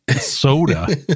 soda